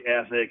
ethic